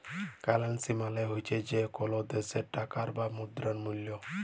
currency মালে হছে যে কল দ্যাশের টাকার বা মুদ্রার মূল্য